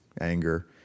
anger